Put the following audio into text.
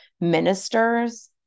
ministers